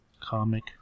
comic